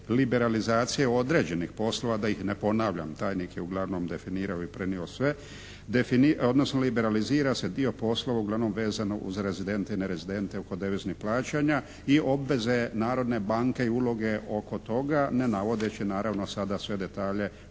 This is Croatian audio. liberalizacije određenih poslova da ih ne ponavljam, tajnik je uglavnom definirao i prenio sve, odnosno liberalizira se dio poslova uglavnom vezano uz rezidente i ne rezidente oko deviznih plaćanja i obveze Narodne banke i uloge oko toga ne navodeći naravno sada sve detalje